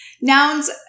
nouns